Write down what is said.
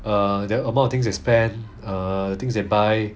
err the amount of things they spend err things they buy